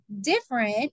different